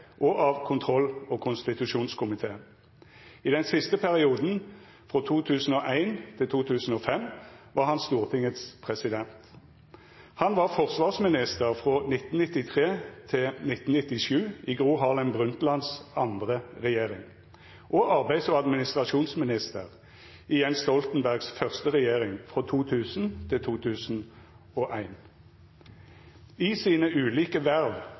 og av kontroll- og konstitusjonskomiteen. I den siste perioden, fra 2001 til 2005, var han Stortingets president. Han var forsvarsminister fra 1993 til 1997, i Gro Harlem Brundtlands tredje regjering og i Thorbjørn Jaglands regjering, og arbeids- og administrasjonsminister i Jens Stoltenbergs første regjering, fra 2000 til 2001. I sine ulike verv